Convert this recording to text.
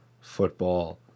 Football